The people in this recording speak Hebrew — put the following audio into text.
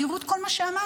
תראו את כל מה שאמרתם,